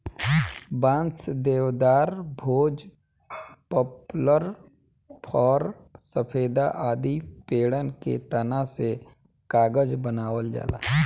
बांस, देवदार, भोज, पपलर, फ़र, सफेदा आदि पेड़न के तना से कागज बनावल जाला